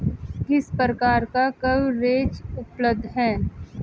किस प्रकार का कवरेज उपलब्ध है?